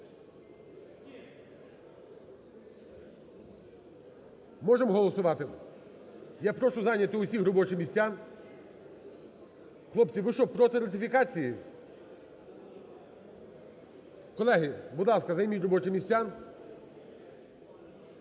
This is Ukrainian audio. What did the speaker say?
Можем голосувати? Я прошу зайняти усіх робочі місця. Хлопці, ви що, проти ратифікації? Колеги, будь ласка, займіть робочі місця,